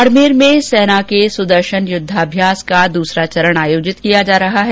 बाडमेर में सेना के सुदर्शन युद्धाभ्यास का दूसरा चरण आयोजित किया जा रहा है